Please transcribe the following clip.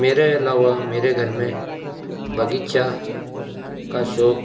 मेरे अलावा मेरे घर में बगीचा का शौक